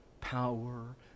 power